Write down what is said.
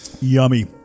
Yummy